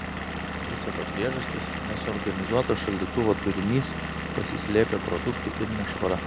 viso to priežastys nesuorganizuotas šaldytuvo turinys pasislėpę produktai ir nešvara